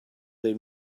they